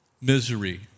misery